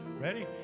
ready